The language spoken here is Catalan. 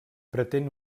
pretén